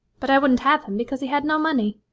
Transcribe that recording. but i wouldn't have him because he had no money.